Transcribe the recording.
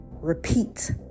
repeat